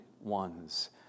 ones